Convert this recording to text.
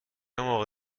موقع